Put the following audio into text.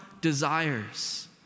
desires